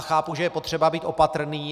Chápu, že je potřeba být opatrný.